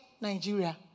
Nigeria